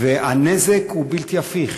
והנזק הוא בלתי הפיך,